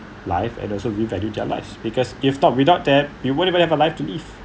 life and also revalued their lives because if not without that you wouldn't even have a life to live